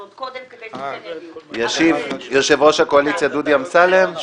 אז עוד קודם כדי --- ישיב יושב-ראש הקואליציה דודי אמסלם.